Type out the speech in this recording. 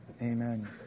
Amen